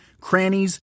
crannies